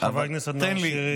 חבר הכנסת שירי.